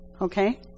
okay